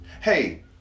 Hey